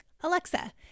Alexa